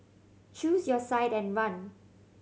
choose your side and run